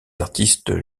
artistes